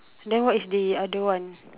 then what is the other one